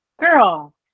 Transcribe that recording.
girl